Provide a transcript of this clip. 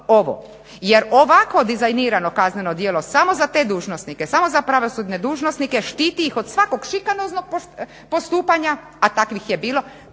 ovo jer ovako dizajnirano kazneno djelo samo za te dužnosnike, samo za pravosudne dužnosnike štiti ih od svakog šikanoznog postupanja, a takvih je bilo.